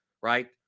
Right